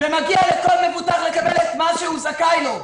ומגיע לכל מבוטח לקבל את מה שהוא זכאי לו,